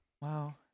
Wow